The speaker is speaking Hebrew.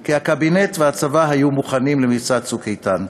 כי הקבינט והצבא היו מוכנים למבצע "צוק איתן".